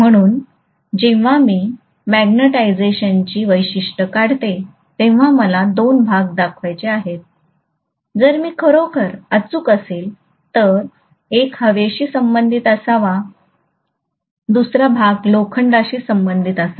म्हणून जेव्हा मी मॅग्निटायझेशनची वैशिष्ट्ये काढतो तेव्हा मला दोन भाग दाखवायचे आहेत जर मी खरोखर अचूक असेल तर एक हवेशी संबंधित असावा दुसरा भाग लोखंडाशी संबंधित असावा